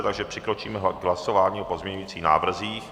Takže přikročíme k hlasování o pozměňovacích návrzích.